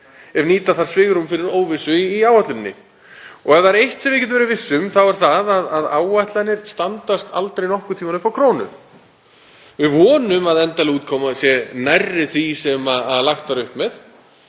ef nýta þarf svigrúm fyrir óvissu í áætluninni og ef það er eitt sem við getum verið viss um er það að áætlanir standast aldrei nokkurn tímann upp á krónu. Við vonum að endanleg útkoma sé nærri því sem lagt var upp með